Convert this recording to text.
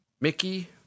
Mickey